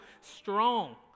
strong